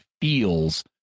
feels